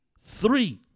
three